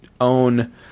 own